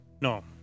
No